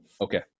Okay